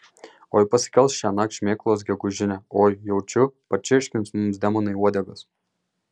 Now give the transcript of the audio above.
oi pasikels šiąnakt šmėklos gegužinę oi jaučiu pačirškins mums demonai uodegas